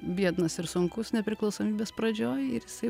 biednas ir sunkus nepriklausomybės pradžioj ir jisai